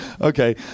Okay